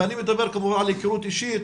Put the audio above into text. ואני מדבר כמובן על הכרות אישית,